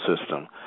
system